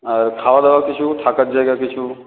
আর খাওয়া দাওয়া কিছু থাকার জায়গা কিছু